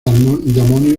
amonio